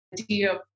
idea